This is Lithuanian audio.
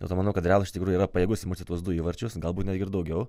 dėl to manau kad realas iš tikrųjų yra pajėgus įmūšė tuos du įvarčius galbūt netgi ir daugiau